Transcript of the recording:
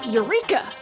Eureka